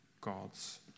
God's